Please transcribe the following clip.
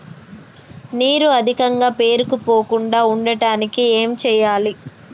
నీరు అధికంగా పేరుకుపోకుండా ఉండటానికి ఏం చేయాలి?